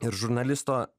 ir žurnalisto